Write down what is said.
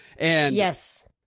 Yes